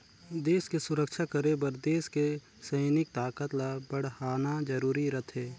देस के सुरक्छा करे बर देस के सइनिक ताकत ल बड़हाना जरूरी रथें